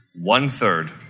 One-third